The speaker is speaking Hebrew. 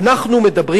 אנחנו מדברים כאן,